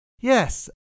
Yes